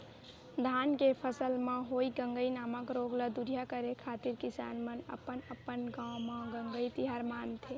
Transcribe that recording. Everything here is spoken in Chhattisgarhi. धान के फसल म होय गंगई नामक रोग ल दूरिहा करे खातिर किसान मन अपन अपन गांव म गंगई तिहार मानथे